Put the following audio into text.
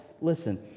listen